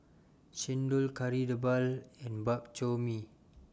Chendol Kari Debal and Bak Chor Mee